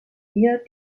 hier